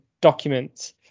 documents